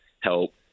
help